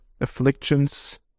afflictions